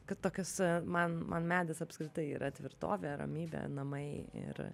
kad tokiose man man medis apskritai yra tvirtovė ramybė namai ir